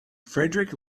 friedrich